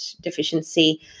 deficiency